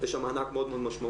יש שם מענק מאוד משמעותי.